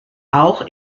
auch